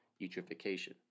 eutrophication